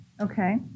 Okay